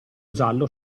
giallo